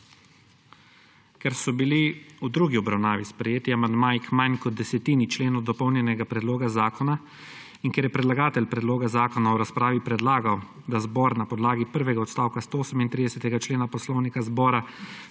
Ker so bili v drugi obravnavi sprejeti amandmajih k manj kot desetini členov dopolnjenega predloga zakona in ker je predlagatelj predloga zakona v razpravi predlagal, da zbor na podlagi prvega odstavka 138. člena poslovnika zbora